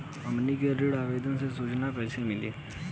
हमनी के ऋण आवेदन के सूचना कैसे मिली?